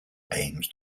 aims